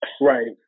Right